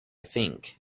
think